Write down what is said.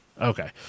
Okay